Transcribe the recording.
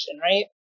right